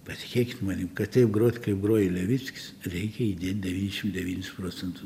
patikėkit manim kad taip grot kaip groja levickis reikia įdėt devyniašim devynis procentu